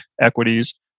equities